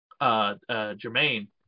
Jermaine